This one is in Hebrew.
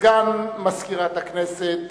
לסגן מזכירת הכנסת